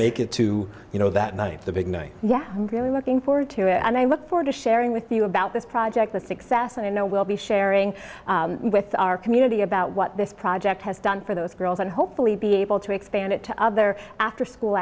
make it to you know that night the big night yeah i'm really looking forward to it and i look forward to sharing with you about this project the success and i know we'll be sharing with our community about what this project has done for those girls and hopefully be able to expand it to other afterschool